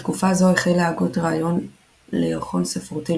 בתקופה זו החל להגות רעיון לירחון ספרותי